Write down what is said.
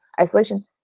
isolation